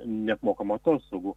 neapmokamų atostogų